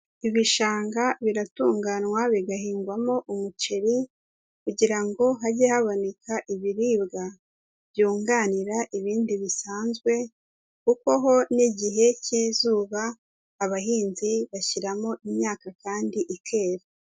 Ibishanga biratunganwa bigahingwamo umuceri, kugira ngo hajye haboneka ibiribwa byunganira ibindi bisanzwe, kuko ho n'igihe cy'izuba abahinzi bashyiramo imyaka kandi ikera.